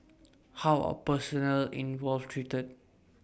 how are personnel involved treated